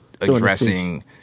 addressing